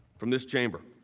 from this chamber,